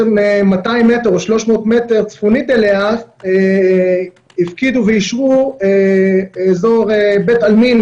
200 או 300 מטר צפונית אליה הפקידו ואישרו אזור בית עלמין